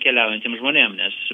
keliaujantiem žmonėm nes